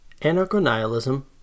Anarcho-nihilism